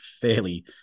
fairly